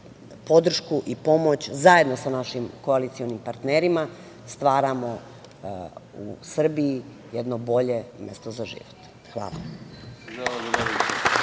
podršku i pomoć zajedno sa našim koalicionim partnerima stvaramo u Srbiji jedno bolje mesto za život. Hvala.